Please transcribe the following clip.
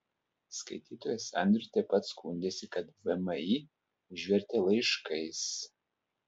skaitytojas andrius taip pat skundėsi kad vmi užvertė laiškais